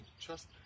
trust